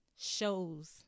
shows